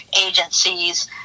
agencies